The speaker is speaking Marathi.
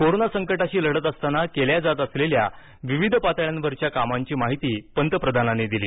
कोरोना संकटाशी लढत असताना केल्या जात असलेल्या विविध पातळ्यांवरील कामांची माहिती पंतप्रधानांनी दिली